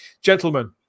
Gentlemen